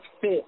fit